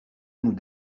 nous